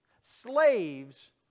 slaves